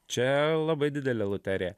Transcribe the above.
čia labai didelė loterija